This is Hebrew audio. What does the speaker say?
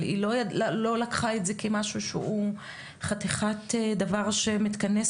אבל היא לקחה את זה כמשהו שהוא חתיכת דבר שמתכנס